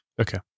Okay